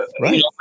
Right